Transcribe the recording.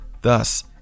Thus